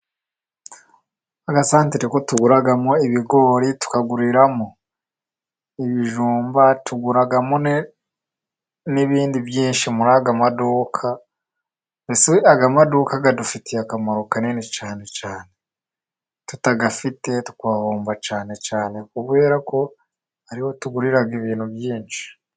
Agasantere ko tuguramo ibigori, tukaguriramo ibijumba, tuguramo ni n'ibindi byinshi muri ayo maduka, mbese aya maduka adufitiye akamaro kanini cyane cyane, tutayafite twahomba cyane cyane, kubera ko ariho tugurira ibintu byinshi.